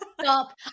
Stop